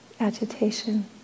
Agitation